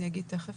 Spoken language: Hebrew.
אני תכף